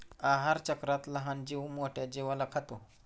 आहारचक्रात लहान जीव मोठ्या जीवाला खातो